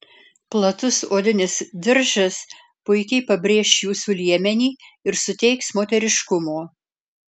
platus odinis diržas puikiai pabrėš jūsų liemenį ir suteiks moteriškumo